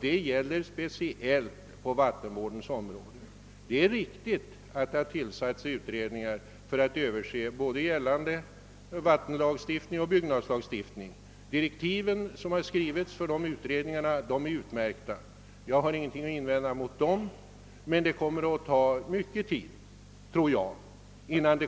Detta gäller speciellt vattenvårdsområdet. Det har tillsatts utredningar för att se över både gällande vattenlagstiftning och byggnadslagstiftning, och direktiven till de utredningarna är utmärkta. Jag har ingenting att invända mot dem. Men det kommer att ta lång tid innan